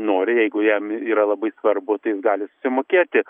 nori jeigu jam yra labai svarbu tai jis gali susimokėti